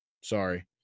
Sorry